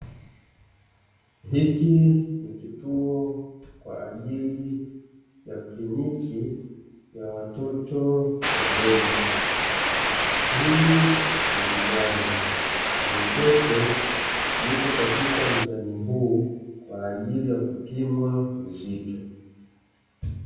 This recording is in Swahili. Hiki ni kituo kwa ajili ya kliniki ya watoto wadogo, hii ni mizani na mtoto yupo katika mzani huu kwa ajili ya kupimwa uzito.